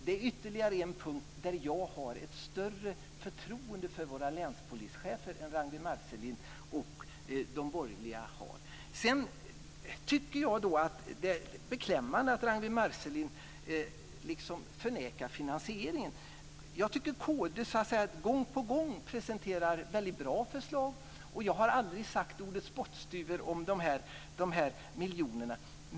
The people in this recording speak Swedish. Det är ytterligare en punkt där jag har ett större förtroende för våra länspolischefer än Det är beklämmande att Ragnwi Marcelind förnekar finansieringen. Jag tycker att kd gång på gång presenterar mycket bra förslag, och jag har aldrig sagt ordet spottstyver om de här miljonerna.